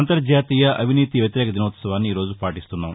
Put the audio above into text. అంతర్జాతీయ అవినీతి వ్యతిరేక దినోత్సవాన్ని ఈ రోజు పాటిస్తున్నాం